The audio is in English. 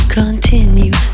continue